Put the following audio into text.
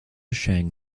sheng